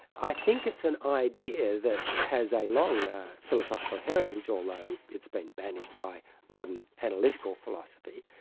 i think it's an idea that has a long philosophical heritage, although it's been banished by modern analytical philosophy,